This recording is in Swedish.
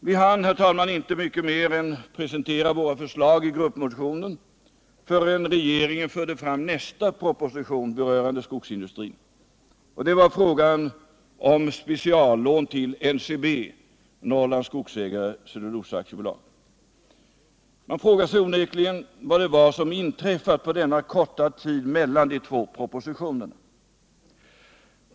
Vi hann, herr talman, inte mycket mer än presentera våra förslag i gruppmotionen förrän regeringen förde fram nästa proposition rörande skogsindustrin. Den gällde frågan om ett speciallån till NCB, Norrlands Skogsägares Cellulosa AB. Man frågar sig onekligen vad det var som inträffade under denna korta tid mellan de två propositionerna.